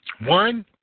One